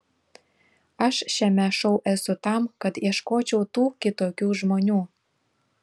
aš šiame šou esu tam kad ieškočiau tų kitokių žmonių